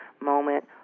moment